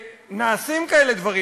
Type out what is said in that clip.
ונעשים כאלה דברים.